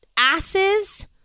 Asses